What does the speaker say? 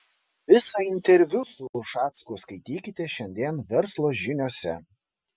visą interviu su ušacku skaitykite šiandien verslo žiniose